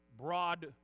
broad